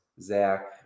Zach